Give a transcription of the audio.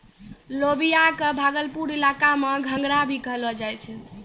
लोबिया कॅ भागलपुर इलाका मॅ घंघरा भी कहलो जाय छै